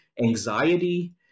anxiety